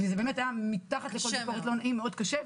זה באמת היה מתחת לכל ביקורת, לא נעים, מאוד קשה.